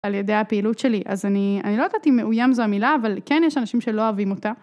על ידי הפעילות שלי אז אני לא יודעת אם מאוים זו המילה אבל כן יש אנשים שלא אוהבים אותה.